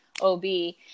OB